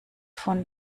von